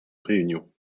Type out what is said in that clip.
réunion